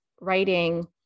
writing